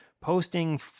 posting